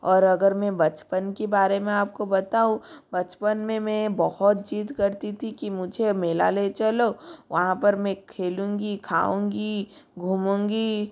और अगर में बचपन की बारे में आप को बताऊँ बचपन में मैं बहत ज़िद्द करती थी कि मुझे मेला ले चलो वहाँ पर मे खेलूँगी खाऊँगी घूमूँगी